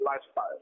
lifestyle